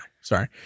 Sorry